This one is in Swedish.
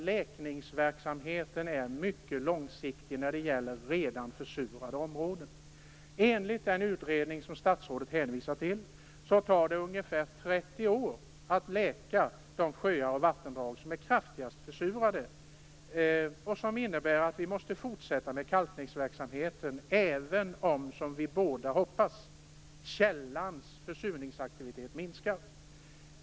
Läkningsverksamheten när det gäller redan försurade områden måste också ses på mycket lång sikt. Enligt den utredning som statsrådet hänvisar till tar det ungefär 30 år att läka de sjöar och vattendrag som är kraftigast försurade. Det innebär att vi måste fortsätta med kalkningsverksamheten även om, som vi båda hoppas, källans försurningsaktivitet minskar.